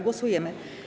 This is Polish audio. Głosujemy.